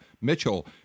Mitchell